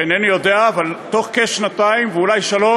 ואינני יודע, אבל תוך כשנתיים, ואולי שלוש,